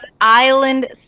island